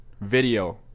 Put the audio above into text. video